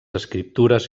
escriptures